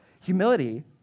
Humility